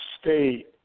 State